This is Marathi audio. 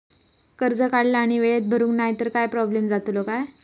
कर्ज काढला आणि वेळेत भरुक नाय तर काय प्रोब्लेम जातलो काय?